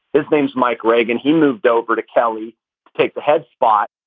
his name's mike ragan. he moved over to kelly take the head spot.